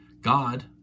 God